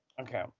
Okay